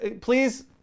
please